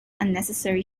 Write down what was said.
unnecessary